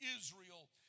Israel